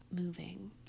moving